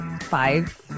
five